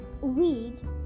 weed